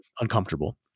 uncomfortable